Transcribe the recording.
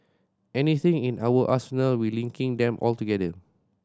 anything in our arsenal we're linking them all together